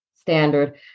standard